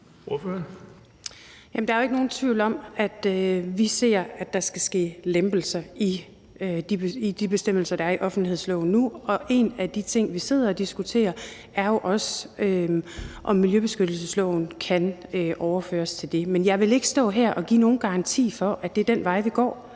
Der er jo ikke nogen tvivl om, at vi ser, at der skal ske lempelser i de bestemmelser, der er i offentlighedsloven nu. En af de ting, vi sidder og diskuterer, er jo også, om miljøbeskyttelsesloven kan overføres til det. Men jeg vil ikke stå her og give nogen garanti for, at det er den vej, vi går,